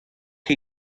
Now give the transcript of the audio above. chi